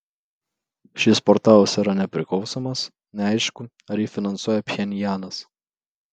šis portalas yra nepriklausomas neaišku ar jį finansuoja pchenjanas